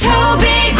Toby